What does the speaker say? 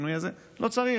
לא צריך,